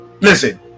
listen